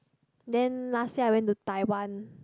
then last year I went to Taiwan